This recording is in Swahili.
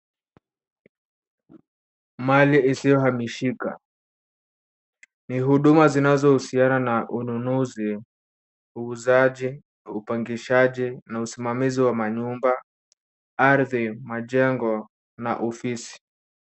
Mali isiyohamishika. Ni huduma inayohusiana na ununuzi, uuzaji, upangishaji na usimamizi wa manyumba, ardhi, majengo na ofisi.